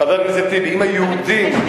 אמרתי שאם היהודים, הוא